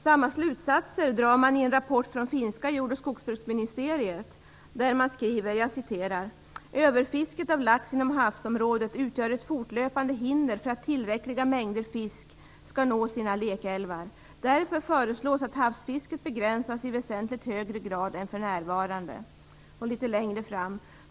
Samma slutsatser dras i en rapport från finska Jord och skogsbruksministeriet. Man skriver: Överfisket av lax inom havsområdet utgör ett fortlöpande hinder för att tillräckliga mängder fisk skall nå sina lekälvar. Därför föreslås att havsfisket begränsas i väsentligt högre grad än för närvarande.